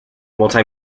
multi